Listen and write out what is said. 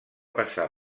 passar